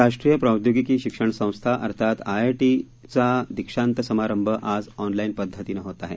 मुंबईच्या राष्ट्रीय प्रौद्योगिकी शिक्षण संस्था अर्थात आयआयटी चा दीक्षांत समारंभ आज ऑनलाईन पद्वतीनं होत आहे